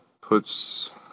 puts